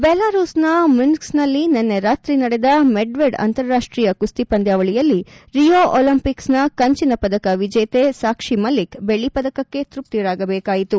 ಬೆಲಾರೂಸ್ನ ಮಿನ್ಸ್ನಲ್ಲಿ ನಿನ್ನೆ ರಾತ್ರಿ ನಡೆದ ಮೆಡ್ವೆಡ್ ಅಂತಾರಾಷ್ಟೀಯ ಕುಸ್ತಿ ಪಂದ್ಯಾವಳಿಯಲ್ಲಿ ರಿಯೋ ಓಲಂಪಿಕ್ನ ಕಂಚಿನ ಪದಕ ವಿಜೇತೆ ಸಾಕ್ಷಿ ಮಲ್ಲಿಕ್ ಬೆಳ್ಳಿ ಪದಕಕ್ಕೆ ತೃಪ್ತರಾಗಬೇಕಾಯಿತು